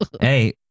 Hey